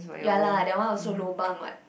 ya lah that one also lobang wat